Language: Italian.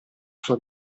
sua